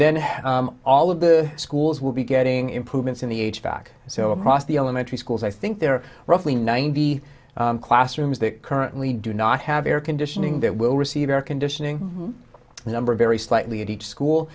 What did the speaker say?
then all of the schools will be getting improvements in the back so across the elementary schools i think there are roughly ninety classrooms that currently do not have air conditioning that will receive air conditioning the number vary slightly in each school